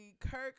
Kirk